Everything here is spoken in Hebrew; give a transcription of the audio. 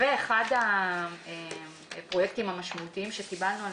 אחד הפרויקטים המשמעותיים שקיבלנו על